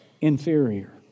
inferior